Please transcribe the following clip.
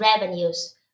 revenues